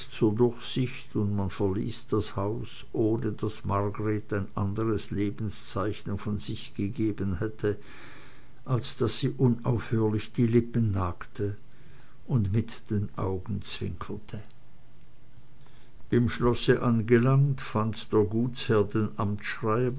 zur durchsicht und man verließ das haus ohne daß margreth ein anderes lebenszeichen von sich gegeben hätte als daß sie unaufhörlich die lippen nagte und mit den augen zwinkerte im schlosse angelangt fand der gutsherr den